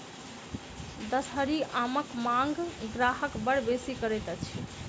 दसहरी आमक मांग ग्राहक बड़ बेसी करैत अछि